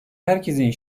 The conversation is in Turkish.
herkesin